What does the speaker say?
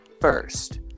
first